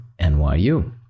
NYU